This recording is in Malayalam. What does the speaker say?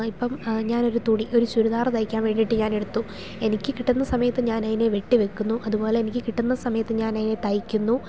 ഇപ്പം ഞാൻ ഒരു തുണി ഒരു ചുരിദാർ തയ്ക്കാൻ വേണ്ടിയിട്ട് ഞാൻ എടുത്തു എനിക്ക് കിട്ടുന്ന സമയത്ത് ഞാൻ അതിനെ വെട്ടി വയ്ക്കുന്നു അതുപോലെ എനിക്ക് കിട്ടുന്ന സമയത്ത് ഞാൻ അതിനെ തയ്ക്കുന്നു